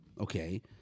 Okay